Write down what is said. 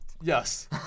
Yes